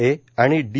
ए आणि डी